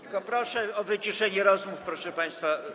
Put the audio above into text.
Tylko proszę o wyciszenie rozmów, proszę państwa.